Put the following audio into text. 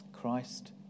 Christ